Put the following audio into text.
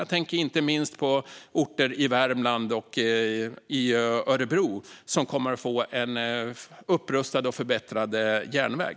Jag tänker då inte minst på orter i Värmland och på Örebro, som kommer att få en upprustad och förbättrad järnväg.